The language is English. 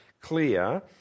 clear